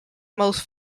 most